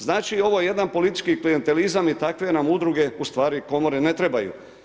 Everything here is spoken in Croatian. Znači, ovo je jedan politički klijentelizam i takve nam udruge, u stvari komore ne trebaju.